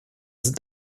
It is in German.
sind